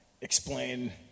explain